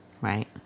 Right